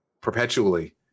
perpetually